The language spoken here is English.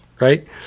Right